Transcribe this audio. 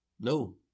No